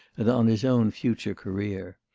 and on his own future career.